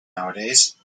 nowadays